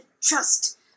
trust